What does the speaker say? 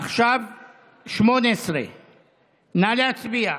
עכשיו 18. נא להצביע.